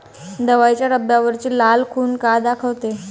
दवाईच्या डब्यावरची लाल खून का दाखवते?